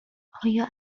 آیا